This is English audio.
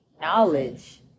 knowledge